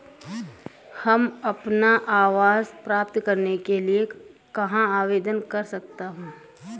मैं अपना आवास प्राप्त करने के लिए कहाँ आवेदन कर सकता हूँ?